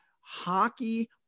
hockey